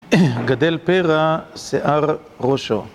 גדל פרא, שיער ראשו